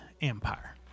Empire